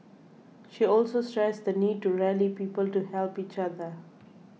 she also stressed the need to rally people to help each other